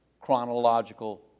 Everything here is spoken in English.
chronological